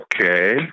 Okay